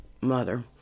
mother